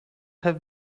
have